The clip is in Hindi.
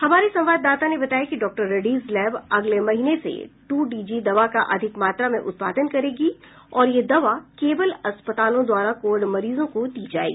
हमारे संवाददाता ने बताया है कि डॉक्टर रेड्डीज लैब अगले महीने से टू डी जी दवा का अधिक मात्रा में उत्पादन करेगी और यह दवा केवल अस्पतालों द्वारा कोविड मरीजों को दी जायेगी